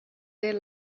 their